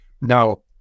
Now